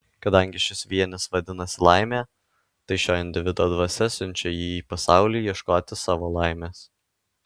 kadangi šis vienis vadinasi laimė tai šio individo dvasia siunčia jį į pasaulį ieškoti savo laimės